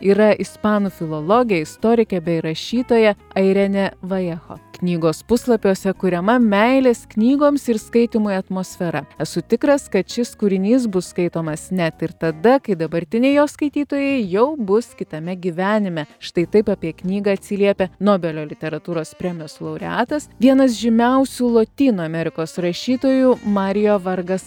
yra ispanų filologė istorikė bei rašytoja airenė vajecho knygos puslapiuose kuriama meilės knygoms ir skaitymui atmosfera esu tikras kad šis kūrinys bus skaitomas net ir tada kai dabartiniai jo skaitytojai jau bus kitame gyvenime štai taip apie knygą atsiliepia nobelio literatūros premijos laureatas vienas žymiausių lotynų amerikos rašytojų mario vargas